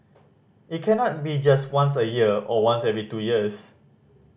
it cannot be just once a year or once every two years